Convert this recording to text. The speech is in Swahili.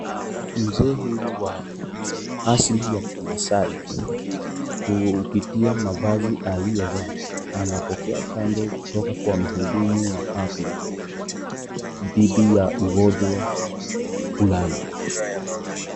Mzee huyu wa asili ya kimaasai, kupitia mavazi aliyovaa, anapokea chanjo kutoka kwa mhudumu wa afya , dhidi ya ugonjwa fulani.